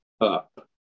up